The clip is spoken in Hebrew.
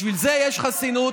בשביל זה יש חסינות.